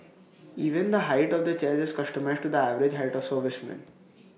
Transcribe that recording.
even the height of the chairs is customised to the average height of servicemen